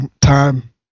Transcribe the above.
time